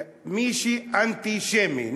זה מי שאנטי-שמי,